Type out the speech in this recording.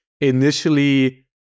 initially